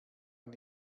ein